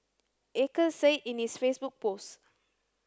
Acres said in its Facebook post